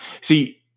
See